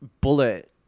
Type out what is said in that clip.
bullet